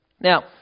Now